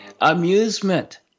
Amusement